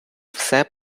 все